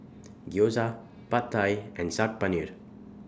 Gyoza Pad Thai and Saag Paneer